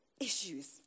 issues